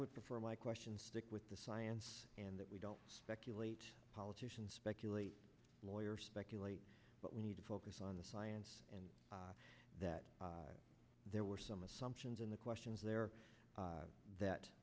would prefer my question stick with the science and that we don't speculate politicians speculate lawyer speculate but we need to focus on the science and that there were some assumptions in the questions there that